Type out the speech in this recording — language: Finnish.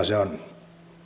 se on